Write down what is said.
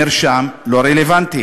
נרשם: לא רלוונטי.